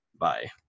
Bye